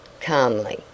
calmly